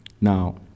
now